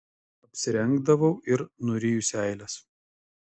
apsirengdavau ir nuryju seiles